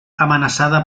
amenaçada